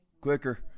Quicker